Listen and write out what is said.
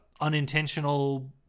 unintentional